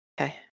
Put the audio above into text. okay